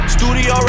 Studio